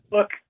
Look